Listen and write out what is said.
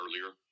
earlier